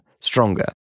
stronger